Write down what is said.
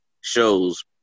shows